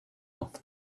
off